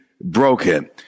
broken